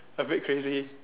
a bit crazy